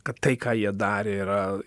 kad tai ką jie darė yra